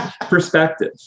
perspective